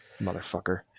Motherfucker